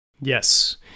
Yes